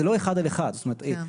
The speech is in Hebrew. זאת לא ועדת אבחון.